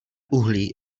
uhlí